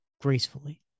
gracefully